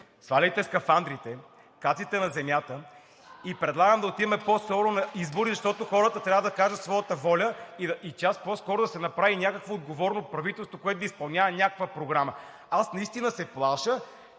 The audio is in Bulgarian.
сваляйте скафандрите, кацайте на земята и да отидем по-скоро на избори, защото хората трябва да кажат своята воля и част по-скоро да се направи някакво отговорно правителство, което да изпълнява някаква програма. Наистина се плаша